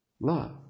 Love